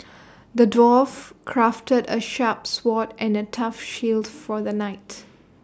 the dwarf crafted A sharp sword and A tough shield for the knight